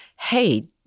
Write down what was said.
hey